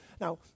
Now